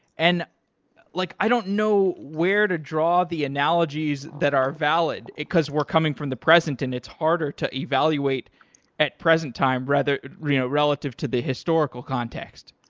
and like i don't know where to draw the analogies that are valid, because we're coming from the present and it's harder to evaluate at present time rather you know relative to the historical context.